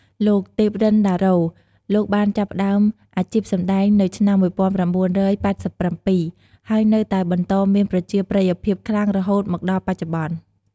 លោក ទេព រិន្ទដារ៉ូ លោកបានចាប់ផ្តើមអាជីពសម្តែងនៅឆ្នាំ ១៩៨៧ ហើយនៅតែបន្តមានប្រជាប្រិយភាពខ្លាំងរហូតមកដល់បច្ចុប្បន្ន។